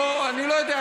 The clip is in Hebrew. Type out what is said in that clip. לא, אני לא יודע.